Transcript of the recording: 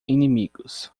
inimigos